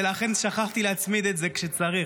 ולכן שכחתי להצמיד את זה כשצריך.